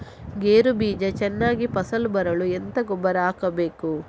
ಗೇರು ಬೀಜ ಚೆನ್ನಾಗಿ ಫಸಲು ಬರಲು ಎಂತ ಗೊಬ್ಬರ ಹಾಕಬೇಕು?